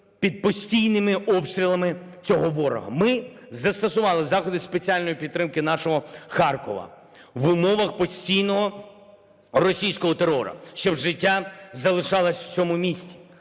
під постійними обстрілами цього ворога. Ми застосували заходи спеціальної підтримки нашого Харкова в умовах постійного російського терору, щоб життя залишалось у цьому місті,